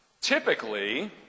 typically